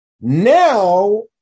Now